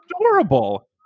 adorable